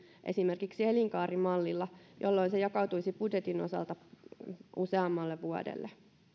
esimerkiksi elinkaarimallilla jolloin se jakautuisi budjetin osalta useammalle vuodelle